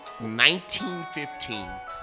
1915